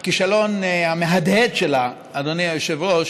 הכישלון המהדהד שלה, אדוני היושב-ראש,